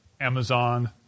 Amazon